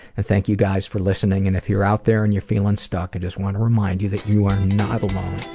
and thank you guys for listening. and if out there and you're feeling stuck, i just want to remind you that you are not alone.